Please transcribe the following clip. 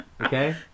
Okay